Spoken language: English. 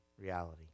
reality